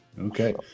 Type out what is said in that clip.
Okay